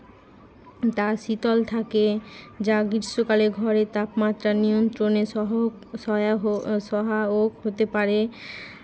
তা শীতল থাকে যা গ্রীষ্মকালে ঘরের তাপমাত্রা নিয়ন্ত্রণে সহয়ক সয়াহ সহায়ক হতে পারে